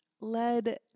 led